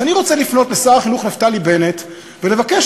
אז אני רוצה לפנות לשר החינוך נפתלי בנט ולבקש